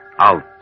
out